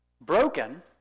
broken